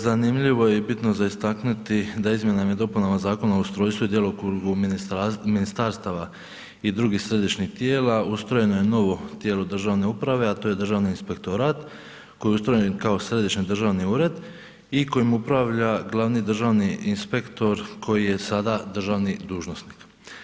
Zanimljivo i bitno za istaknuti da izmjenama i dopunama Zakon o ustrojstvu i djelokrugu ministarstva i drugih središnjih tijela ustrojeno je novo tijelo državne uprave a to je Državni inspektorat koji je ustrojen i kao središnji državni ured i kojim upravni glavni državni inspektor koji je sada državni dužnosnik.